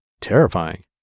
terrifying